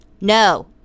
No